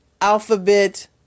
Alphabet